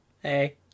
Hey